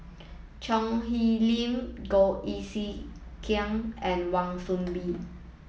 Choo Hwee Lim Goh Eck Kheng and Wan Soon Bee